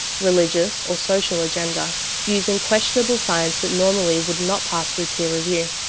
religious, or social agenda using questionable science that normally would not pass through peer review.